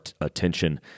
attention